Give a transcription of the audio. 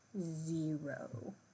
zero